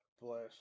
bless